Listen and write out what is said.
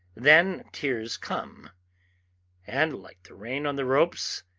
then tears come and, like the rain on the ropes,